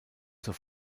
zur